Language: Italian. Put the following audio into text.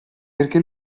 perché